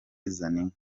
zaninka